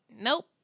Nope